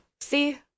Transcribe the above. See